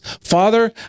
Father